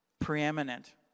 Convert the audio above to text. preeminent